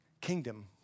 kingdom